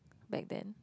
back then